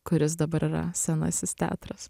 kuris dabar yra senasis teatras